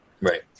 right